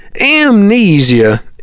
Amnesia